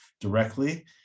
directly